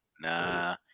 Nah